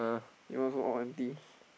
your one also all empty